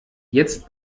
jetzt